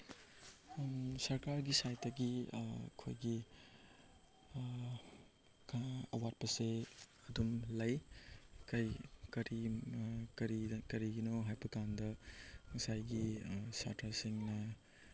ꯁꯔꯀꯥꯔꯒꯤ ꯁꯥꯏꯠꯇꯒꯤ ꯑꯈꯣꯏꯒꯤ ꯑꯋꯥꯠꯄꯁꯦ ꯑꯗꯨꯝ ꯂꯩ ꯀꯔꯤꯒꯤꯅꯣ ꯍꯥꯏꯕ ꯀꯥꯟꯗ ꯉꯁꯥꯏꯒꯤ ꯁꯥꯇ꯭ꯔꯁꯤꯡꯅ